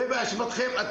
זה באשמתכם.